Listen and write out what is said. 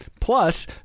Plus